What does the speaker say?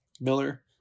Miller